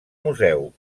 museu